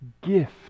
gift